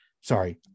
sorry